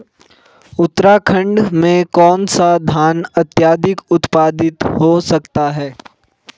उत्तराखंड में कौन सा धान अत्याधिक उत्पादित हो सकता है?